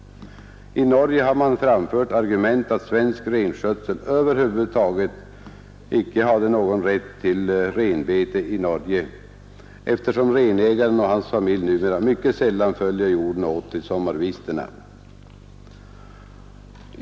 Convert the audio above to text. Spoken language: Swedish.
I Norge har man framfört argumentet att svensk renskötsel över huvud taget icke hade någon rätt till renbete i Norge, eftersom renägaren och hans familj numera mycket sällan följer hjorden åt till sommarvistena.